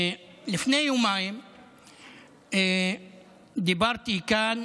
לפני יומיים דיברתי כאן